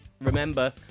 Remember